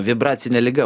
vibracine liga